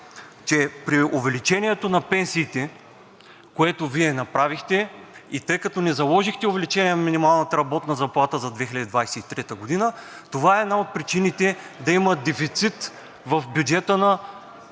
че при увеличението на пенсиите, което Вие направихте, тъй като не заложихте увеличение на минималната работна заплата за 2023 г., това е една от причините да има дефицит като